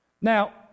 Now